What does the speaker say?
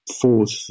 fourth